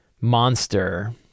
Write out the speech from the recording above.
monster